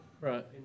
Right